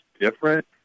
different